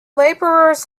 labourers